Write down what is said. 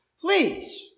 Please